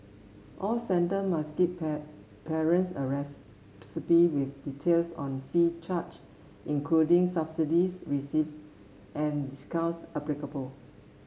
all centres must give parents a receipt with details on fees charge including subsidies receive and discounts applicable